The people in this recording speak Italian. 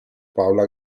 paola